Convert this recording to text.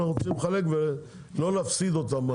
ואנחנו רוצים לחלק ולא להפסיד אותם.